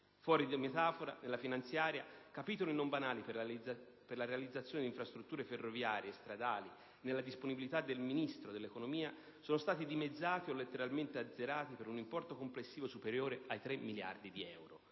Fuor di metafora, nella finanziaria alcuni capitoli non banali per la realizzazione di infrastrutture ferroviarie e stradali, nella disponibilità del Ministro dell'economia, sono stati dimezzati o letteralmente azzerati per un importo complessivo superiore ai 3 miliardi di euro.